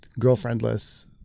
girlfriendless